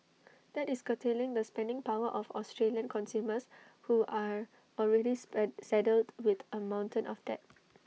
that is curtailing the spending power of Australian consumers who are already saddled with A mountain of debt